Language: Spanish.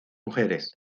mujeres